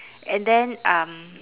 and then um